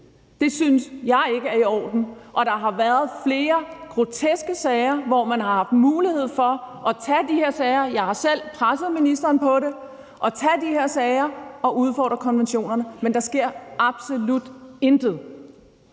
Det synes jeg ikke er i orden. Der har været flere groteske sager, hvor man har mulighed for at tage de her sager. Jeg har selv presset ministeren for at tage de her sager og udfordre konventionerne, men der sker absolut intet.